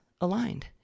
aligned